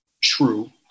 true